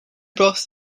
broth